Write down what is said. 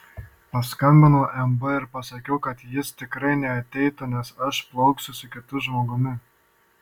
paskambinau mb ir pasakiau kad jis tikrai neateitų nes aš plauksiu su kitu žmogumi